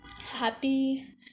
happy